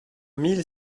mille